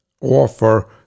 offer